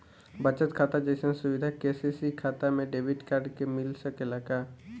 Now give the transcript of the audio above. बचत खाता जइसन सुविधा के.सी.सी खाता में डेबिट कार्ड के मिल सकेला का?